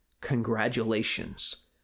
Congratulations